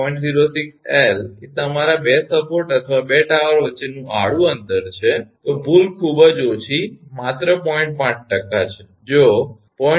06𝐿 એ તમારા 2 સપોર્ટ અથવા 2 ટાવર વચ્ચેનું આડું અંતર છે તો ભૂલ ખૂબ જ ઓછી માત્ર 0